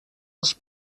els